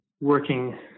working